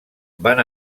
van